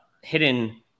hidden